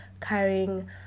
carrying